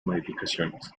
modificaciones